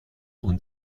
und